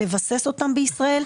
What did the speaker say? לבסס אותן בישראל,